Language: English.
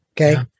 Okay